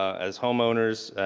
as homeowners,